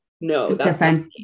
no